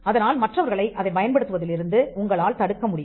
அதனால் மற்றவர்களை அதைப் பயன்படுத்துவதிலிருந்து உங்களால் தடுக்க முடியும்